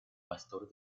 pastor